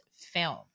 film